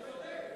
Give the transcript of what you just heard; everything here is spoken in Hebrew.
אתה צודק,